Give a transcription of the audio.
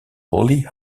holly